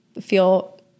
feel